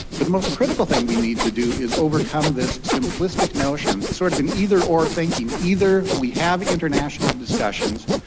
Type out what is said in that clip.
but the most critical thing we need to do is overcome this simplistic notion, sort of an either or thinking either we have international discussions,